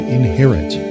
inherit